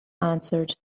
answered